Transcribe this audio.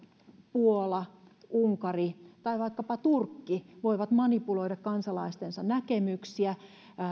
puola unkari tai vaikkapa turkki jotka voivat manipuloida kansalaistensa näkemyksiä